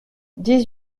dix